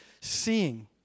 seeing